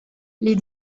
les